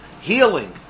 healing